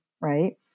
right